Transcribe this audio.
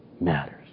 matters